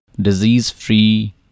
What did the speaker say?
disease-free